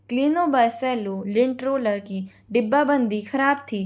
Cleano by Cello lint roller की डिब्बाबंदी खराब थी